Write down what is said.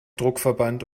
druckverband